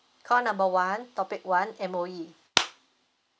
call number one topic one M_O_E